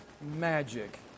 magic